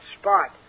spot